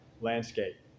landscape